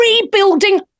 Rebuilding